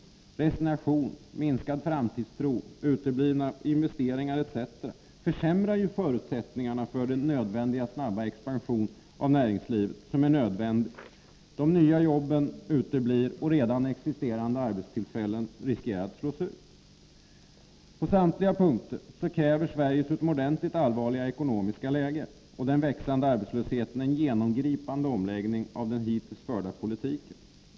Resignation, minskad framtidstro, uteblivna investeringar etc. försämrar ju förutsättningarna för den nödvändiga snabba expansionen av näringslivet. De nya jobben uteblir, och redan existerande arbetstillfällen riskerar att slås ut. På samtliga dessa punkter kräver Sveriges utomordentligt allvarliga ekonomiska läge och den växande strukturberoende arbetslösheten en genomgripande omläggning av den hittills förda politiken.